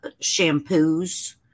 shampoos